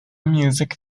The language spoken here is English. music